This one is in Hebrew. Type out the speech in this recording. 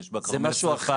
יש בקומה שריפה,